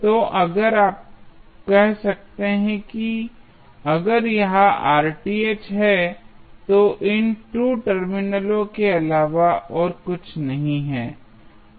तो अगर आप कह सकते हैं कि अगर यह है तो इन 2 टर्मिनलों के अलावा और कुछ नहीं है